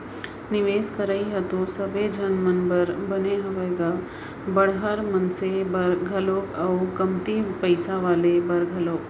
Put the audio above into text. निवेस करई ह तो सबे झन मन बर बने हावय गा बड़हर मनसे बर घलोक अउ कमती पइसा वाले बर घलोक